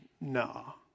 no